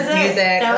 music